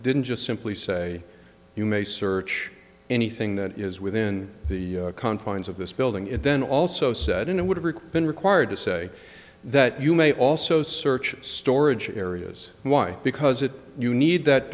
didn't just simply say you may search anything that is within the confines of this building and then also set in and would require required to say that you may also search storage areas and why because it you need that